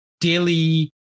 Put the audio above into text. daily